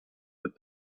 that